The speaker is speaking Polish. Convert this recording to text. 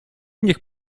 niech